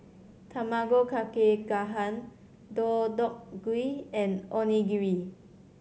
Tamago Kake Gohan Deodeok Gui and Onigiri